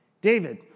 David